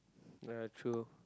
ya true